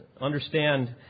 understand